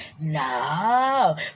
No